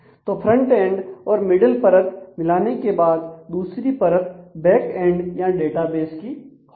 तो front end और middle परत मिलाने के बाद दूसरी परत बैक एंड या डेटाबेस की होगी